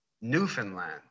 Newfoundland